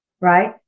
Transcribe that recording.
right